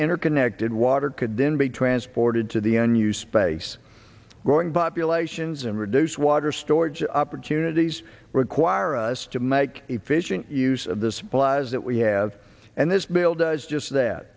interconnected water could then be transported to the unused space growing populations and reduced water storage opportunities require us to make efficient use of the supplies that we have and this bill does just that